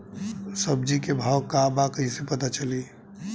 सब्जी के भाव का बा कैसे पता चली?